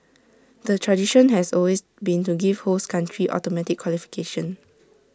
the tradition has always been to give host country automatic qualification